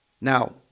Now